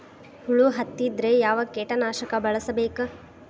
ಹುಳು ಹತ್ತಿದ್ರೆ ಯಾವ ಕೇಟನಾಶಕ ಬಳಸಬೇಕ?